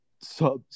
subs